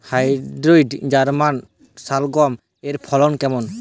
Hybrid German শালগম এর ফলন কেমন?